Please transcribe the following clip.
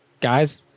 Guys